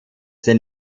den